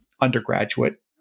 undergraduate